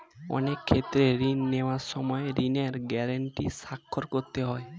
অনেক ক্ষেত্রে ঋণ নেওয়ার সময় ঋণের গ্যারান্টি স্বাক্ষর করতে হয়